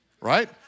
right